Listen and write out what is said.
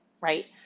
right